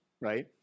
right